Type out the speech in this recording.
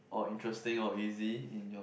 or interesting or easy